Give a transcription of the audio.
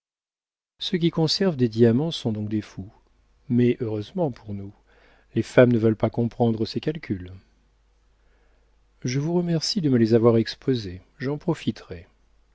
ceux qui conservent des diamants sont donc des fous mais heureusement pour nous les femmes ne veulent pas comprendre ces calculs je vous remercie de me les avoir exposés j'en profiterai